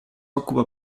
occupa